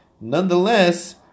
nonetheless